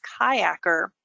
kayaker